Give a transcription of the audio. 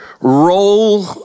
roll